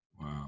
Wow